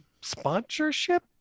sponsorship